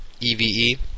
EVE